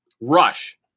Rush